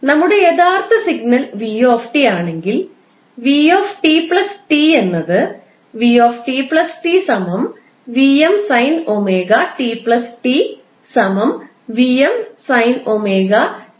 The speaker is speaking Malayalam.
നമ്മുടെ യഥാർത്ഥ സിഗ്നൽ 𝑣𝑡 ആണെങ്കിൽ 𝑣 𝑡 𝑇 എന്നത് 𝑣𝑡 𝑇 𝑉𝑚 sin 𝜔𝑡 𝑇 𝑉𝑚 𝑠𝑖𝑛 𝜔𝑡 2𝜋𝜔